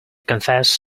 confess